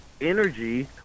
energy